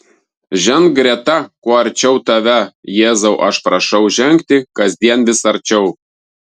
žengt greta kuo arčiau tave jėzau aš prašau žengti kasdien vis arčiau